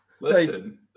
listen